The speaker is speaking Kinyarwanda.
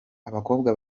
abakobwa